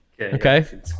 Okay